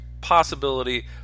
possibility